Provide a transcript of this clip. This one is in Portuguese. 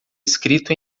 escrito